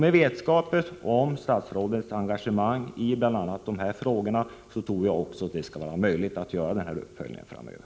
Med vetskap om statsrådets engagemang i bl.a. dessa frågor tror jag att det skall vara möjligt att göra den här uppföljningen framöver.